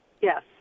Yes